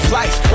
life